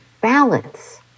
balance